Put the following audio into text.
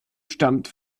stammt